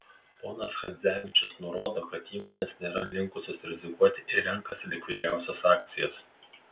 ponas chadzevičius nurodo kad įmonės nėra linkusios rizikuoti ir renkasi likvidžiausias akcijas